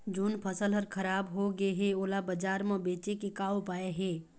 जोन फसल हर खराब हो गे हे, ओला बाजार म बेचे के का ऊपाय हे?